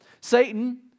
Satan